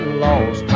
lost